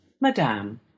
madame